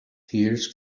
tears